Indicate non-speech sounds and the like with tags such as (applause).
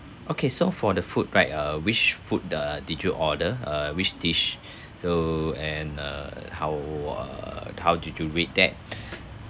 okay so for the food right uh which food the did you order uh which dish (breath) so and err how wa~ how did you rate that (breath)